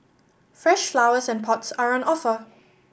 fresh flowers and pots are on offer